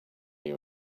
you